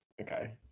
okay